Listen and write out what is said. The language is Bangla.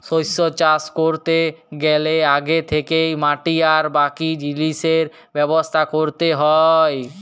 শস্য চাষ ক্যরতে গ্যালে আগে থ্যাকেই মাটি আর বাকি জিলিসের ব্যবস্থা ক্যরতে হ্যয়